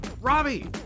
Robbie